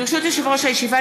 ברשות יושב-ראש הישיבה,